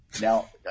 now